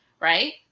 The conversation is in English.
right